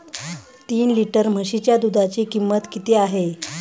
तीन लिटर म्हशीच्या दुधाची किंमत किती आहे?